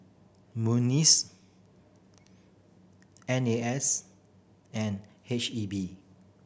N A S and H E B